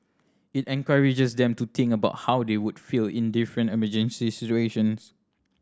it encourages them to think about how they would feel in different emergency situations